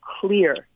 clear